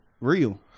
Real